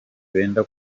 benda